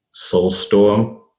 Soulstorm